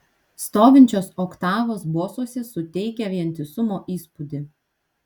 stovinčios oktavos bosuose suteikia vientisumo įspūdį